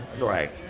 Right